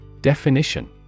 Definition